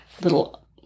little